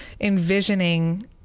envisioning